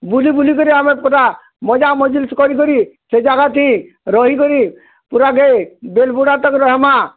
ବୁଲିବୁଲି କରି ଆମେ ପୁରା ମଜା ମଜଲିସ୍ କରିକରି ସେ ଜାଗାଠି ରହିକରି ପୁରାକେ ବେଲବୁଡ଼ା ତକ୍ ରହିମାଁ